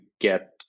get